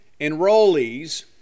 enrollees